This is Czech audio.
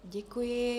Děkuji.